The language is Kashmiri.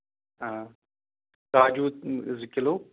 آ کاجوٗ زٕ کِلوٗ